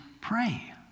pray